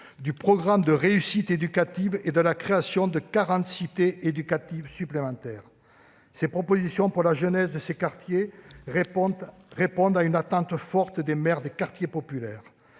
du programme de réussite éducative et de la création de 40 cités éducatives supplémentaires. Ces propositions pour la jeunesse de ces quartiers répondent à une attente forte des maires des quartiers populaires.